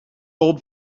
old